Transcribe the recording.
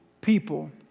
people